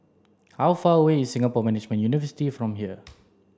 how far away is Singapore Management University from here